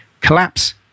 collapse